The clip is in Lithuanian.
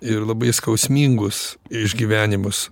ir labai skausmingus išgyvenimus